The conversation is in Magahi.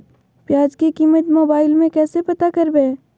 प्याज की कीमत मोबाइल में कैसे पता करबै?